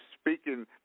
speaking